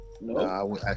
No